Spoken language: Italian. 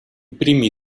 primi